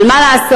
אבל מה לעשות,